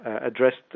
addressed